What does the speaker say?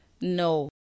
No